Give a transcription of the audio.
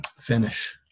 finish